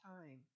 time